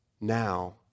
Now